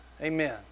Amen